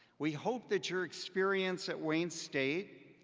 we hope that your experience at wayne state,